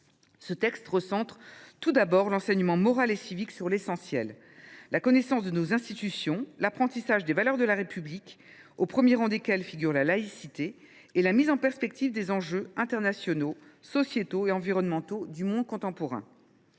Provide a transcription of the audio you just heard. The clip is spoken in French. texte recentre l’enseignement moral et civique sur l’essentiel : la connaissance de nos institutions, l’apprentissage des valeurs de la République, au premier rang desquelles figure la laïcité, et la mise en perspective des enjeux internationaux, sociétaux et environnementaux du monde contemporain.